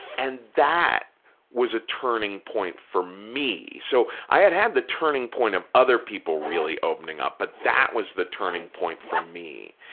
and that was a turning point for me. so, i had had the turning point of other people really opening up, but that was the turning point for me.